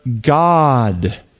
God